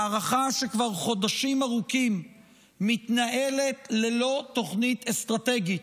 מערכה שכבר חודשים ארוכים מתנהלת ללא תוכנית אסטרטגית,